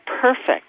perfect